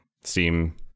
Steam